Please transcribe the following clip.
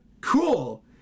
cool